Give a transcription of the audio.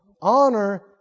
Honor